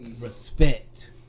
respect